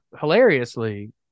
hilariously